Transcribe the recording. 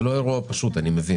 זה לא אירוע פשוט, אני מבין.